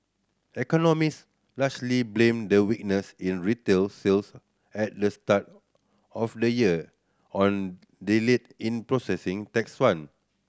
economist largely blame the weakness in retail sales at the start of the year on delay in processing tax fund